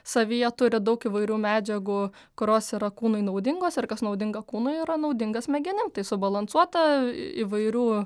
savyje turi daug įvairių medžiagų kurios yra kūnui naudingos ir kas naudinga kūnui yra naudinga smegenim tai subalansuota įvairių